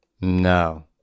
No